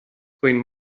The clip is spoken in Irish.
faoin